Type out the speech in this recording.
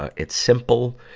ah it's simple.